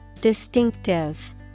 Distinctive